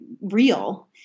real